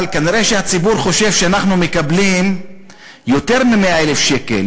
אבל כנראה הציבור חושב שאנחנו מקבלים יותר מ-100,000 שקל,